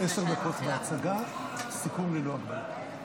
עשר דקות בהצגה, סיכום ללא הגבלה.